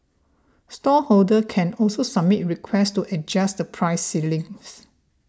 stallholders can also submit requests to adjust the price ceilings